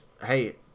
hey